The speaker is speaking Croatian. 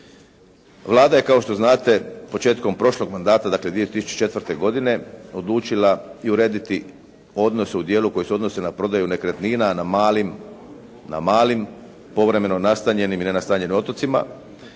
Vlada je kao što znate početkom prošlog mandata, dakle 2004. godine odlučila i urediti odnose u dijelu koji se odnose na prodaju nekretnina na malim povremeno nastanjenim i nenastanjenim otocima